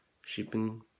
shipping